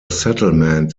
settlement